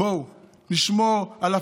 בואו, נשמור על הפרהסיה,